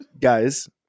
guys